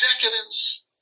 decadence